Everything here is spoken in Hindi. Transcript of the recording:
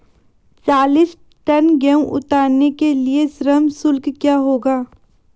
चालीस टन गेहूँ उतारने के लिए श्रम शुल्क क्या होगा?